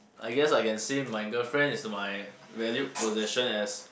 I guess I can say my girlfriend is my valued possession as